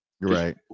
Right